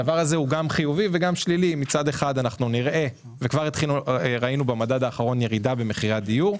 הדבר הזה הוא חיובי במובן זה שראינו במדד האחרון ירידה במחירי הדיור.